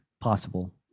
possible